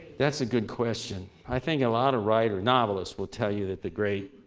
that's a good question. i think a lot of writer novelists will tell you that the great